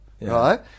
right